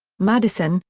madison,